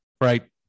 right